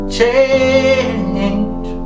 change